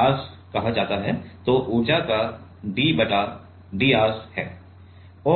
r कहा जाता है तो ऊर्जा का ddr है